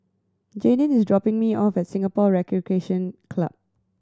Jadyn is dropping me off at Singapore Recreation Club